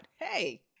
hey